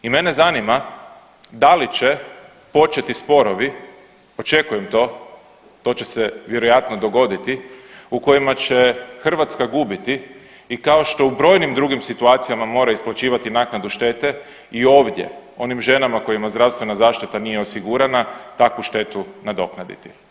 I mene zanima da li će početi sporovi, očekujem to, to će se vjerojatno dogoditi u kojima će Hrvatska gubiti i kao što u brojnim drugim situacijama mora isplaćivati naknadu štete i ovdje onim ženama kojim zdravstvena zaštita nije osigurana takvu štetu nadoknaditi.